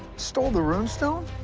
stole the rune stone?